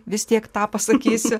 vis tiek tą pasakysiu